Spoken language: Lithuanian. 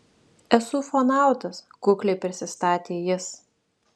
esu ufonautas kukliai prisistatė jis